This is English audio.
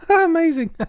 Amazing